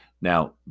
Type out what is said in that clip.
Now